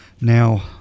Now